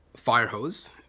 Firehose